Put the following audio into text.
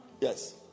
Yes